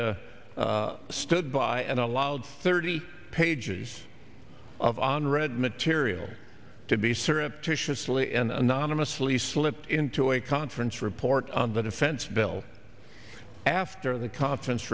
that stood by and allowed thirty pages of on red material to be surreptitiously and anonymously slipped into a conference report on the defense bill after the conference